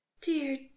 dear